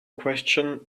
question